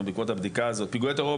זה שיעור שאומר,